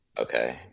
Okay